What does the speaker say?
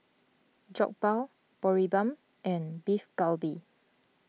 Jokbal Boribap and Beef Galbi